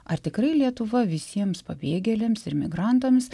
ar tikrai lietuva visiems pabėgėliams ir migrantams